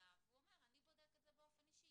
יהב, והוא אומר, אני בודק את זה באופן אישי.